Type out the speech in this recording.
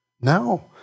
No